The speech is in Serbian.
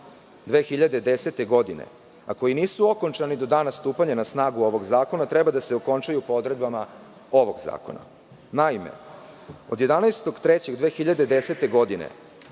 2010. godine, a koji nisu okončani do dana stupanja na snagu ovog zakona, treba da se okončaju po odredbama ovog zakona. Naime, od 11.03.2010. godine